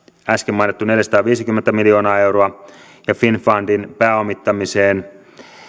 äsken mainittu neljäsataaviisikymmentä miljoonaa euroa ja finnfundin pääomittamiseen